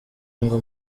ngo